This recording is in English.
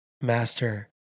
master